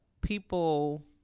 people